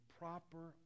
proper